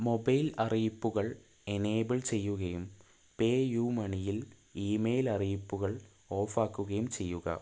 mobile അറിയിപ്പുകൾ enable ചെയ്യുകയും PayU മണിയിൽ ഇമെയിൽ അറിയിപ്പുകൾ ഓഫാക്കുകയും ചെയ്യുക